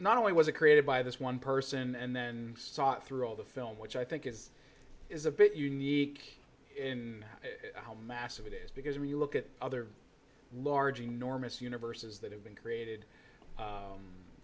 not only was it created by this one person and then saw through all the film which i think is is a bit unique in how massive it is because when you look at other large enormous universes that have been created